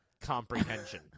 comprehension